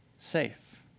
Safe